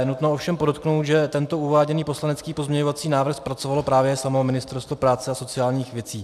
Nutno ovšem podotknout, že tento uváděný poslanecký pozměňovací návrh zpracovalo právě samo Ministerstvo práce a sociálních věcí.